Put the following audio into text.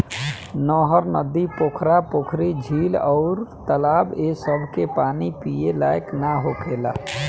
नहर, नदी, पोखरा, पोखरी, झील अउर तालाब ए सभ के पानी पिए लायक ना होखेला